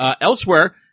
Elsewhere